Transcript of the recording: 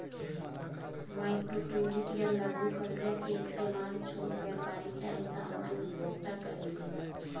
micro credit या लघु कर्जा के इस्तमाल छोट व्यापारी चाहे सामान्य उपभोक्ता करेले